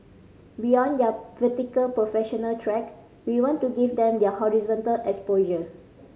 beyond their vertical professional track we want to give them their horizontal exposure